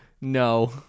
No